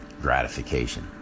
gratification